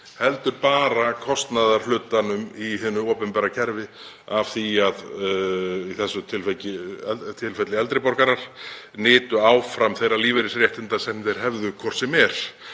heldur bara kostnaðarhlutanum í hinu opinbera kerfi, í þessu tilfelli því að eldri borgarar nytu áfram þeirra lífeyrisréttinda sem þeir hefðu hvort sem